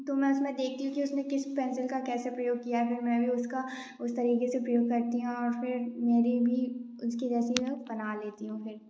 तो मैं उसमें देखती हूँ कि उसमें किस पेंसिल का कैसे प्रयोग किया है कि मैं भी उसका उस तरीके से प्रयोग करती हूँ और फिर मेरी भी उसकी जैसी मैं बना लेती हूँ फिर